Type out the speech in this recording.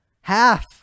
Half